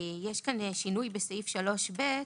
פה שינוי בסעיף 3ב,